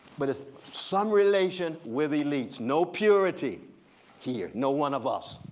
but it's some relation with elites. no purity here. no one of us.